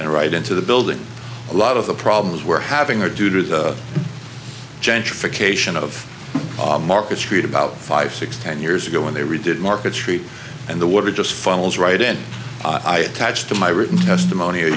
and right into the building a lot of the problems we're having are due to the gentrification of market street about five six ten years ago when they redid market street and the water just funnels right in i attached to my written testimony